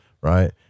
right